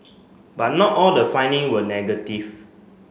but not all the finding were negative